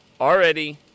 already